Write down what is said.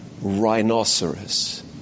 rhinoceros